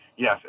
Yes